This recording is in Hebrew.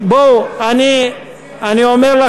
לכן אני אומר,